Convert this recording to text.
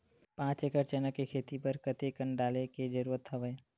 पांच एकड़ चना के खेती बर कते कन डाले के जरूरत हवय?